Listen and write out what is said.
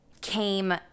came